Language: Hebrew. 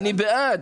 אני בעד.